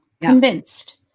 convinced